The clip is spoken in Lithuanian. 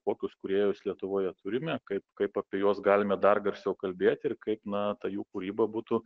kokius kūrėjus lietuvoje turime kaip kaip apie juos galime dar garsiau kalbėti ir kaip na ta jų kūryba būtų